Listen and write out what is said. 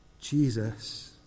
Jesus